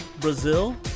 Brazil